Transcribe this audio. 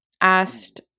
asked